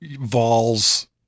Vols